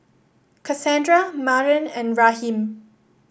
Cassandra Maren and Raheem